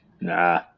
Nah